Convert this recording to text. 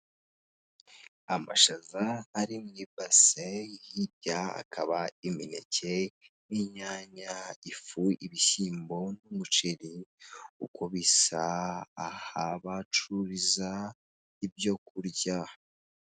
Amashaza ari mu ibase hirya akaba imineke, inyanya ifu ibishyimbo n'umuceri, uko bisa aha bahacururiza ibyo kurya.